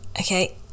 okay